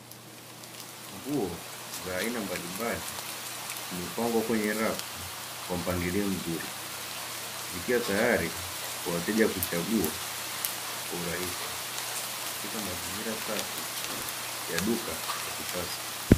Nguo za aina mbalimbali zimepangwa kwenye rafu kwa mpangilio mzuri zikiwa tayari kwa wateja kuchagua kwa urahisi katika mazingira safi ya duka la kisasa.